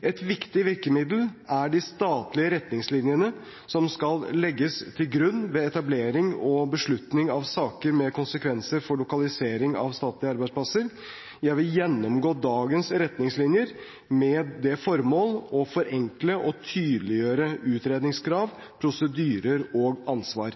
Et viktig virkemiddel er de statlige retningslinjene som skal legges til grunn ved etablering og beslutning av saker med konsekvenser for lokalisering av statlige arbeidsplasser. Jeg vil gjennomgå dagens retningslinjer med det formål å forenkle og tydeliggjøre utredningskrav, prosedyrer og ansvar.